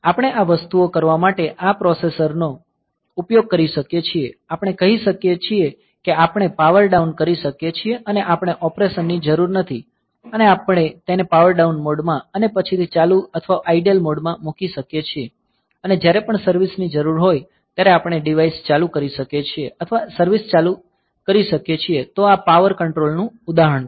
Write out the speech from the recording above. આપણે આ વસ્તુઓ કરવા માટે આ પ્રોસેસર નો ઉપયોગ કરી શકીએ છીએ આપણે કહી શકીએ કે આપણે પાવર ડાઉન કરી શકીએ છીએ અને આપણે ઑપરેશન ની જરૂર નથી અને આપણે તેને પાવર ડાઉન મોડમાં અને પછીથી ચાલુ અથવા આઇડલ મોડમાં મૂકી શકીએ છીએ અને જ્યારે પણ સર્વીસ ની જરૂર હોય ત્યારે આપણે ડીવાઈસ ચાલુ કરી શકીએ છીએ અથવા સર્વિસ ચાલુ કરી શકીએ છીએ તો આ પાવર કંટ્રોલનું ઉદાહરણ છે